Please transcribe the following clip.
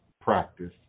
practice